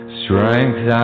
strength